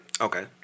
Okay